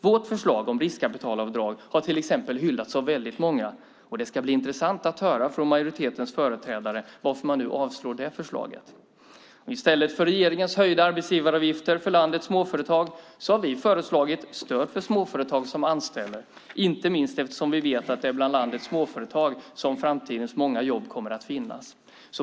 Vårt förslag om riskkapitalavdrag har till exempel hyllats av väldigt många, och det ska bli intressant att höra från majoritetens företrädare varför man nu vill avslå det förslaget. I stället för regeringens höjda arbetsgivaravgifter för landets småföretag har vi föreslagit stöd för småföretag som anställer, inte minst eftersom vi vet att det är bland landets småföretag som framtidens många jobb kommer att finnas.